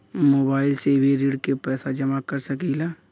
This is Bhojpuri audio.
मोबाइल से भी ऋण के पैसा जमा कर सकी ला?